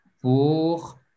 pour